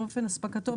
באופן אספקתו,